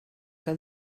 que